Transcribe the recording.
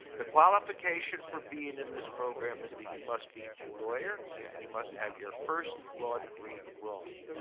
the qualification for being in this program is that you must be a lawyer yeah and you must have your first law degree abroad.